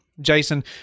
Jason